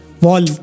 wall